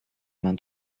main